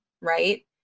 right